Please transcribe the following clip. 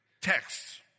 Texts